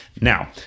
Now